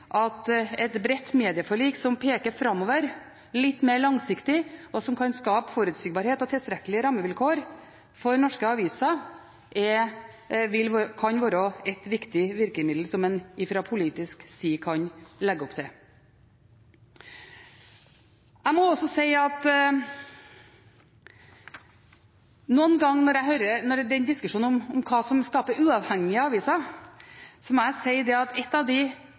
at et bredt medieforlik som peker framover, litt mer langsiktig, og som kan skape forutsigbarhet og tilstrekkelige rammevilkår for norske aviser, kan være et viktig virkemiddel som en fra politisk side kan legge opp til. Jeg må også si når det gjelder diskusjonen om hva som skaper uavhengige aviser, at noe av det som presser norske aviser mest i dag, er forholdet mellom eiermakt og journalistikk. For de